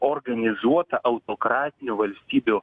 organizuota autokratinių valstybių